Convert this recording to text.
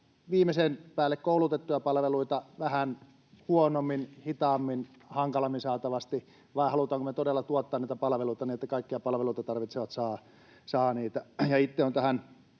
viimeisen päälle koulutettuja palveluita vähän huonommin, hitaammin, hankalammin saatavasti vai halutaanko me todella tuottaa näitä palveluita niin, että kaikkia palveluita tarvitsevat saavat niitä, ja itse olen tähän